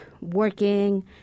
working